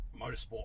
motorsport